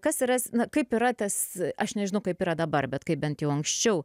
kas yra na kaip yra tas aš nežinau kaip yra dabar bet kai bent jau anksčiau